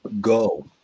go